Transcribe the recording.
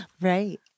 Right